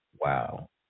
Wow